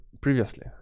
previously